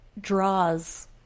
draws